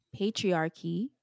patriarchy